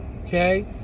Okay